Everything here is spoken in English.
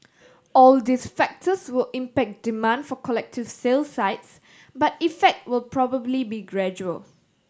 all these factors will impact demand for collective sale sites but effect will probably be gradual